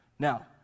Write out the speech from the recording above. Now